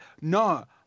No